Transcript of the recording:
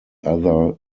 other